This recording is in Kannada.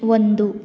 ಒಂದು